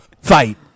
fight